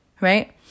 right